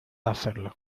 hacerlo